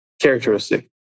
Characteristic